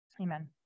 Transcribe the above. amen